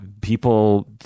people